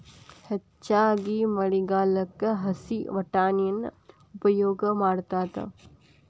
ಹೆಚ್ಚಾಗಿ ಮಳಿಗಾಲಕ್ಕ ಹಸೇ ವಟಾಣಿನ ಉಪಯೋಗ ಮಾಡತಾತ